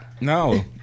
no